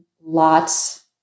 lots